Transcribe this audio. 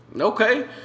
Okay